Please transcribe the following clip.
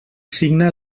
signa